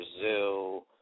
Brazil